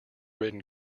written